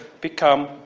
become